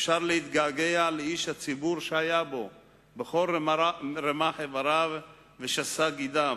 אפשר להתגעגע לאיש הציבור שהיה בכל רמ"ח איבריו ושס"ה גידיו.